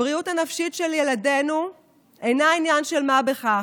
הבריאות הנפשית של ילדינו אינה עניין של מה בכך.